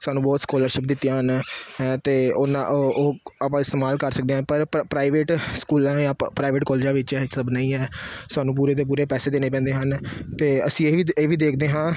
ਸਾਨੂੰ ਬਹੁਤ ਸਕੋਲਰਸ਼ਿਪ ਦਿੱਤੀਆਂ ਹਨ ਹੈ ਅਤੇ ਉਹਨਾਂ ਉਹ ਉਹ ਆਪਾਂ ਇਸਤੇਮਾਲ ਕਰ ਸਕਦੇ ਹਾਂ ਪਰ ਪ ਪ੍ਰਾਈਵੇਟ ਸਕੂਲਾਂ ਜਾਂ ਪ ਪ੍ਰਾਈਵੇਟ ਕੋਲਜਾਂ ਵਿੱਚ ਇਹ ਸਭ ਨਹੀਂ ਹੈ ਸਾਨੂੰ ਪੂਰੇ ਦੇ ਪੂਰੇ ਪੈਸੇ ਦੇਣੇ ਪੈਂਦੇ ਹਨ ਅਤੇ ਅਸੀਂ ਇਹ ਵੀ ਦੇ ਇਹ ਵੀ ਦੇਖਦੇ ਹਾਂ